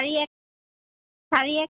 চাৰি এক চাৰি এক